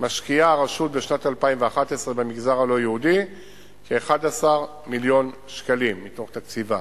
משקיעה הרשות בשנת 2011 במגזר הלא-יהודי כ-11 מיליון שקלים מתוך תקציבה.